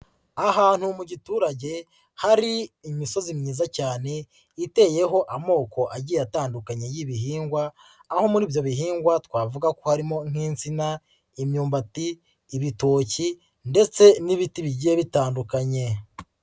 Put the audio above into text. Ahantu mu giturage hari imisozi myiza cyane iteyeho amoko agiye atandukanye y'ibihingwa, aho muri ibyo bihingwa twavuga ko harimo nk'insina, imyumbati, ibitoki ndetse n'ibiti bigiye bitandukanye.